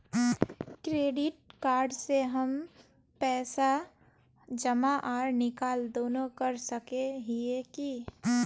Credit card से हम पैसा जमा आर निकाल दोनों कर सके हिये की?